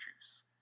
juice